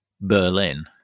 Berlin